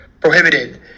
prohibited